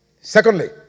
Secondly